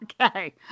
Okay